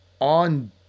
on